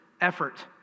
effort